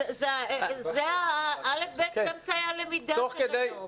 זה הא'-ב' של אמצעי הלמידה של היום.